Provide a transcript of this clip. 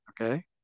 Okay